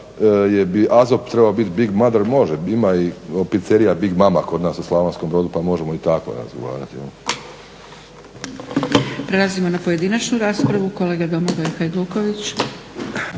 AZOP trebao biti big mother, može. Ima i picerija "Big mama" kod nas u Slavonskom Brodu pa možemo i tako razgovarati.